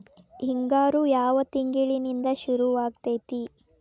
ಹಿಂಗಾರು ಯಾವ ತಿಂಗಳಿನಿಂದ ಶುರುವಾಗತೈತಿ?